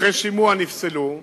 אחרי שימוע, נפסלו.